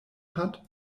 hat